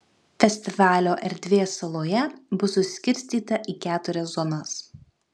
festivalio erdvė saloje bus suskirstyta į keturias zonas